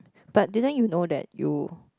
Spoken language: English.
but didn't you know that you